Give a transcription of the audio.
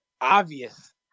obvious